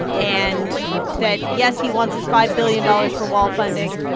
and that, yes, he wants his five billion dollars for wall funding.